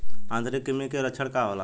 आंतरिक कृमि के लक्षण का होला?